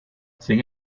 sin